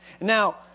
Now